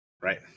right